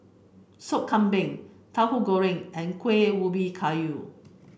Sop Kambing Tahu Goreng and Kuih Ubi Kayu